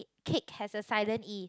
cake has a silent E